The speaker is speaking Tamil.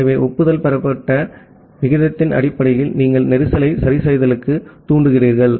ஆகவே ஒப்புதல் பெறப்பட்ட விகிதத்தின் அடிப்படையில் நீங்கள் கஞ்சேஸ்ன் சரிசெய்தலுக்குத் தூண்டுகிறீர்கள்